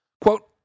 Quote